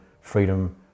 freedom